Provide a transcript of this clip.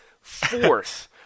fourth